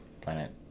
Planet